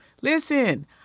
listen